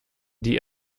die